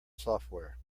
software